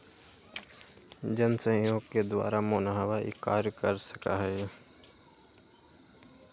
जनसहयोग के द्वारा मोहनवा ई कार्य कर सका हई